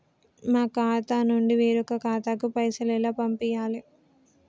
మా ఖాతా నుండి వేరొక ఖాతాకు పైసలు ఎలా పంపియ్యాలి?